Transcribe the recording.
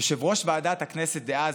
יושב-ראש ועדת הכנסת דאז,